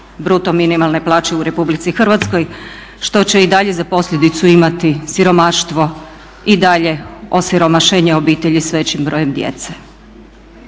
bruto minimalne plaće u RH, što će i dalje za posljedicu imati siromaštvo i dalje osiromašenje obitelji s većim brojem djece.